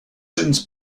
since